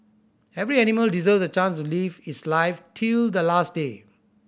every animal deserves a chance to live its life till the last day